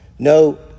No